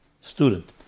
student